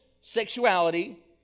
sexuality